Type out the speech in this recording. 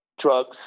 drugs